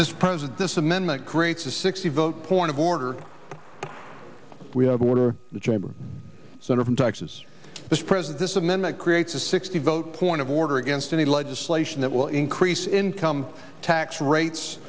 this present this amendment creates a sixty vote point of order we have order the chamber center from texas this present this amendment creates a sixty vote point of order against any legislation that will increase income tax rates